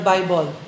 Bible